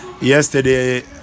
Yesterday